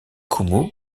koumou